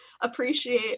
appreciate